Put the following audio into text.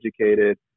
educated